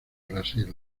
brasil